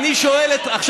עכשיו,